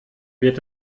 wird